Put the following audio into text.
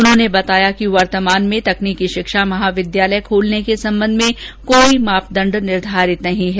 उन्होंने बताया कि वर्तमान में तकनीकी शिक्षा महाविद्यालय खोलने के सम्बन्ध में कोई मापदण्ड निर्धारित नहीं है